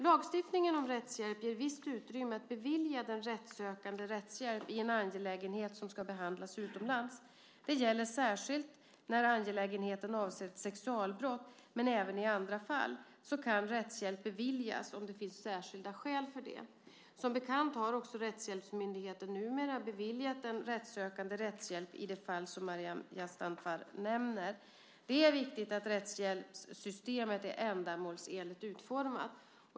Lagstiftningen om rättshjälp ger visst utrymme att bevilja den rättssökande rättshjälp i en angelägenhet som ska behandlas utomlands. Detta gäller särskilt när angelägenheten avser ett sexualbrott, men även i andra fall kan rättshjälp beviljas om det finns särskilda skäl för det. Som bekant har också Rättshjälpsmyndigheten numera beviljat den rättssökande rättshjälp i det fall som Maryam Yazdanfar nämner. Det är viktigt att rättshjälpssystemet är ändamålsenligt utformat.